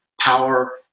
power